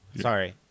Sorry